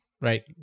right